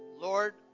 Lord